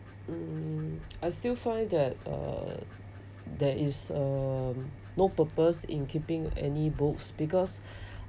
hmm I still find that uh that is um no purpose in keeping any books because